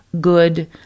good